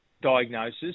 diagnosis